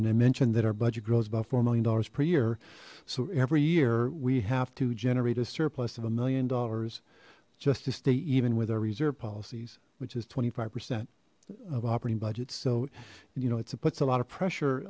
i mentioned that our budget grows about four million dollars per year so every year we have to generate a surplus of a million dollars just to stay even with our reserve policies which is twenty five percent of operating budgets so you know it's puts a lot of